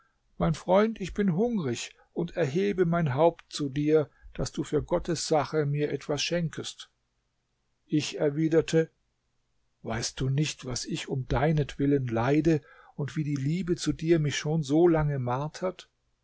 mein freund ich bin hungrig und erhebe mein haupt zu dir daß du für gottes sache mir etwas schenkest ich erwiderte weißt du nicht was ich um deinetwillen leide und wie die liebe zu dir mich schon so lange martert